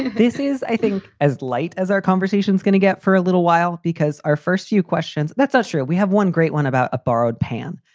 this is, i think, as light as our conversations gonna get for a little while, because our first few questions, that's not sure. we have one great one about a borrowed pan.